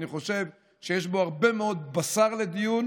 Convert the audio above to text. אני חושב שיש פה הרבה מאוד בשר לדיון,